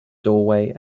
doorway